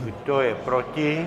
Kdo je proti?